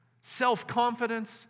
self-confidence